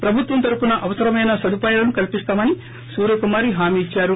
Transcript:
ప్రభుత్వం తరపున అవసరమైన సదుపాయాలను కల్పిస్తామని సూర్యకుమారి హామీ ఇచ్చారు